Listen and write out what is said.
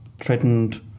threatened